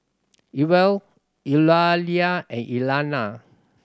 Ewell Eulalia and Elana